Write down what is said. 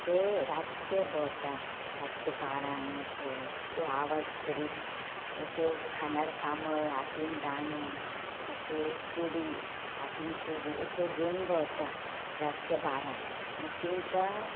ते रातचे भोंवतात रातचे बारांक अशे अशे आवाज करीत जसे खांदार कांबळ हातीन दाणो अशे चुडी हातीन चुडी अशें घेवन भोंवतात रातचे बारांक आनी तांकां